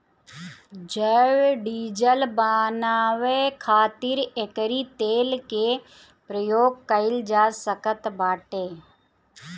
जैव डीजल बानवे खातिर एकरी तेल के प्रयोग कइल जा सकत बाटे